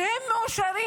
המאושרים,